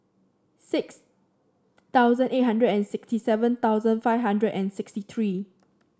six thousand eight hundred and sixty seven thousand five hundred and sixty three